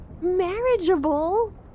marriageable